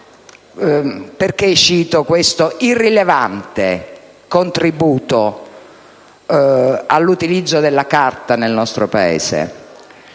Perché cito questo irrilevante contributo all'utilizzo della carta nel nostro Paese?